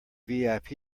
vip